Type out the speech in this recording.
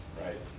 right